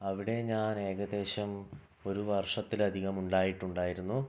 അവിടെ ഞാൻ ഏകദേശം ഒരു വർഷത്തിലധികം ഉണ്ടായിട്ടുണ്ടായിരുന്നു